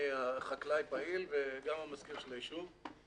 אני חקלאי פעיל וגם המזכיר של היישוב.